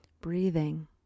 breathing